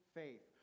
faith